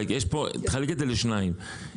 חלק את זה לשתיים,